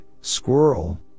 squirrel